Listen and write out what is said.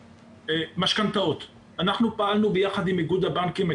משכנתאות פעלנו ביחד עם איגוד הבנקים,